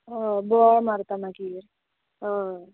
हय बोवाळ मारता मागीर हय